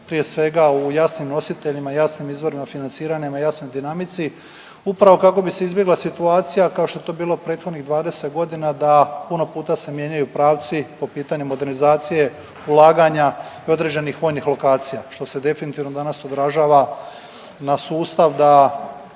prije svega u jasnim nositeljima, jasnim izvorima financiranja, jasnoj dinamici upravo kako bi se izbjegla situacija kao što je to bilo prethodnih 20 godina da puno puta se mijenjaju pravci po pitanju modernizacije ulaganja i određenih vojnih lokacija što se definitivno danas odražava na sustav da